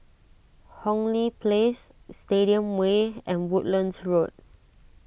Hong Lee Place Stadium Way and Woodlands Road